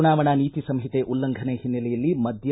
ಚುನಾವಣಾ ನೀತಿ ಸಂಹಿತೆ ಉಲ್ಲಂಘನೆ ಹಿನ್ನೆಲೆಯಲ್ಲಿ ಮದ್ದ